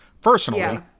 Personally